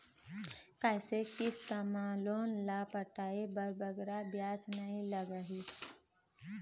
कइसे किस्त मा लोन ला पटाए बर बगरा ब्याज नहीं लगही?